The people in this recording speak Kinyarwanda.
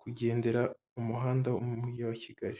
kugendera mu muhanda mu mujyi wa Kigali.